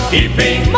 Keeping